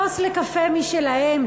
כוס לקפה משלהם.